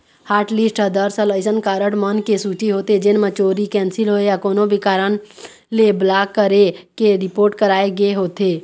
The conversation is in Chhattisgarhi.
हॉटलिस्ट ह दरअसल अइसन कारड मन के सूची होथे जेन म चोरी, कैंसिल होए या कोनो भी कारन ले ब्लॉक करे के रिपोट कराए गे होथे